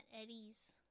Eddie's